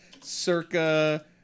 circa